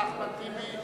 חבר הכנסת אחמד טיבי,